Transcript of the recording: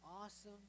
awesome